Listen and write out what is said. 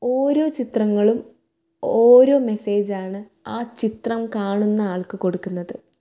ഓരോ ചിതങ്ങളും ഓരോ മെസ്സേജാണ് ആ ചിത്രം കാണുന്ന ആൾക്ക് കൊടുക്കുന്നത്